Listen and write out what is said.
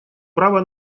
право